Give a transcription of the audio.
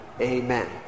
amen